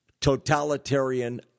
totalitarian